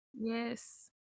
Yes